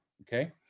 okay